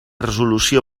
resolució